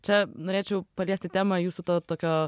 čia norėčiau paliesti temą jūsų to tokio